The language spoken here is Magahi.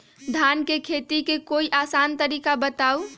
धान के खेती के कोई आसान तरिका बताउ?